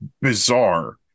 bizarre